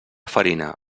farina